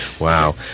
Wow